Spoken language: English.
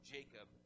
Jacob